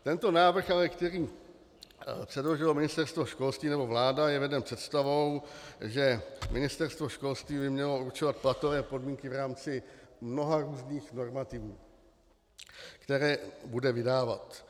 Tento návrh, který předložilo Ministerstvo školství, nebo vláda, je veden představou, že Ministerstvo školství by mělo určovat platové podmínky v rámci mnoha různých normativů, které bude vydávat.